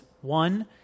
one